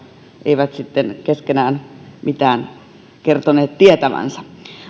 eivät sitten kertoneet mitään asioista tietävänsä